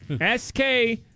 S-K-